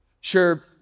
Sure